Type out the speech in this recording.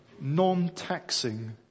non-taxing